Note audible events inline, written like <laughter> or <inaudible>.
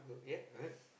ya <noise>